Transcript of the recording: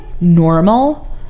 normal